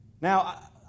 Now